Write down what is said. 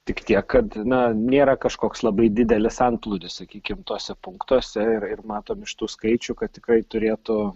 tik tiek kad na nėra kažkoks labai didelis antplūdis sakykim tuose punktuose ir ir matom iš tų skaičių kad tikrai turėtų